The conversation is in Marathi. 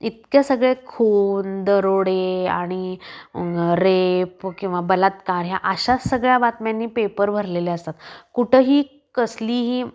इतके सगळे खून दरोडे आणि रेप किंवा बलात्कार ह्या अशा सगळ्या बातम्यांनी पेपर भरलेले असतात कुठंही कसलीही